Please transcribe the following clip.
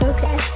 Okay